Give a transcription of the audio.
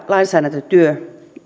lainsäädäntötyön